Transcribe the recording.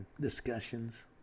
discussions